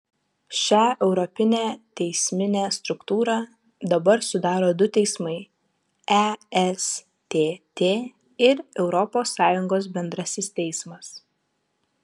šią europinę teisminę struktūrą dabar sudaro du teismai estt ir europos sąjungos bendrasis teismas